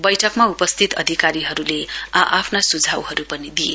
बैठकमा उपस्थित अधिकारीहरूले आ आफ्ना सुझाउहरू पनि दिए